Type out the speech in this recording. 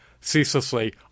ceaselessly